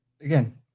again